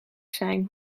zijn